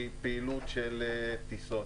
מפעילות של טיסות.